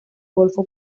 golfo